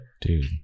dude